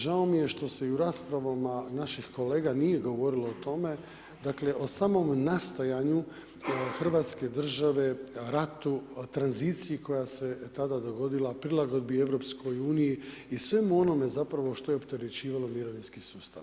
Žao mi je što se i u raspravama naših kolega nije govorilo o tome, dakle, o samom nastajanju hrvatske države, ratu, tranziciji koja se tada dogodila, prilagodbi EU-i i svemu onome zapravo što je opterećivalo mirovinski sustav.